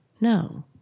No